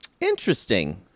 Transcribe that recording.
interesting